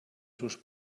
sus